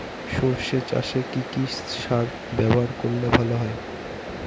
সর্ষে চাসে কি কি সার ব্যবহার করলে ভালো হয়?